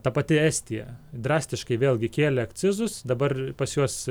ta pati estija drastiškai vėlgi kėlė akcizus dabar pas juos